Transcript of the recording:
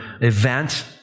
event